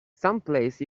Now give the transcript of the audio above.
someplace